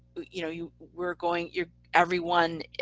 you know you we're going, you're everyone